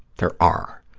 there are.